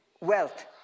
Wealth